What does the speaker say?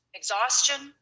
exhaustion